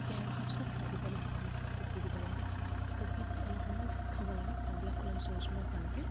তিয়াই ৰখাৰ পিছত ৰাতিপুৱালে সেই পানীখিনি টুকি দিব লাগে টুকি দি অলপ সময় থব লাগে চাউলবিলাক অলপ জৰ্জৰা হোৱালৈকে